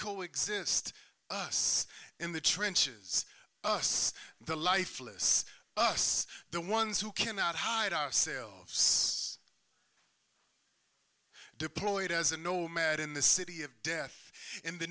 co exist us in the trenches us the lifeless us the ones who cannot hide ourselves deployed as a nomad in the city of death in the